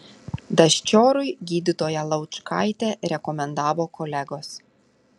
daščiorui gydytoją laučkaitę rekomendavo kolegos